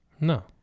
No